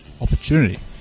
opportunity